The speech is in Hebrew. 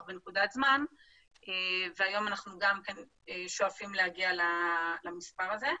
בנקודת זמן והיום אנחנו שואפים להגיע למספר הזה.